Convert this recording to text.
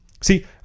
See